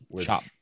Chop